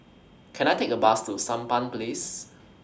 Can I Take A Bus to Sampan Place